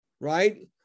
right